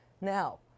Now